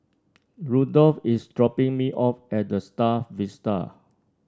Rudolf is dropping me off at The Star Vista